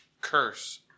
curse